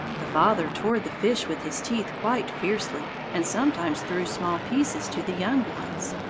the father tore the fish with his teeth quite fiercely, and sometimes threw small pieces to the young ones,